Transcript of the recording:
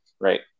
right